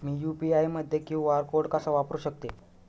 मी UPI मध्ये QR code कसा वापरु शकते?